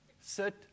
Sit